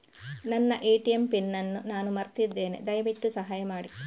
ನನ್ನ ATM PIN ಅನ್ನು ನಾನು ಮರ್ತಿದ್ಧೇನೆ, ದಯವಿಟ್ಟು ಸಹಾಯ ಮಾಡಿ